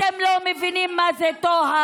אתם לא מבינים מה זה טוהר.